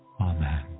Amen